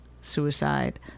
suicide